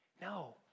No